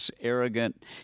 Arrogant